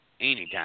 anytime